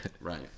Right